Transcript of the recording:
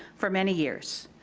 for many years.